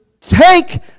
take